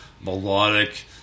melodic